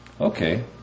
Okay